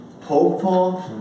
hopeful